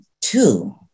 two